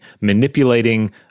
Manipulating